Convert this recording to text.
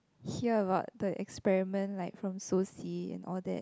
hear about the experiment like from soci and all that